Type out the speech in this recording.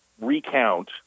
recount